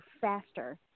faster